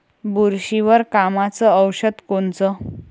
बुरशीवर कामाचं औषध कोनचं?